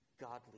godly